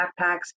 backpacks